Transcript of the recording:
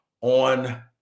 on